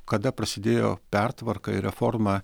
kada prasidėjo pertvarka ir reforma